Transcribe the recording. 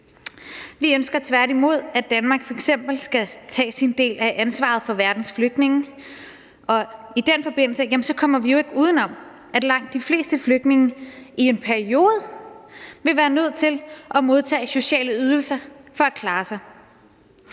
Vi ønsker tværtimod, at Danmark f.eks. skal tage sin del af ansvaret for verdens flygtninge, og i den forbindelse kommer vi jo ikke uden om, at langt de fleste flygtninge i en periode vil være nødt til at modtage sociale ydelser for at klare sig.